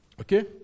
Okay